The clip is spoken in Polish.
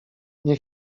nie